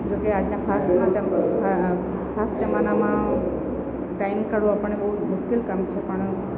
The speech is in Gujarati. જો કે આજના ફાસ્ટ ફાસ્ટ જમાનામાં ટાઈમ કાઢવો આપણને બહુ મુશ્કેલ કામ છે પણ